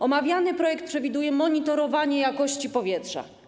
Omawiany projekt przewiduje monitorowanie jakości powietrza.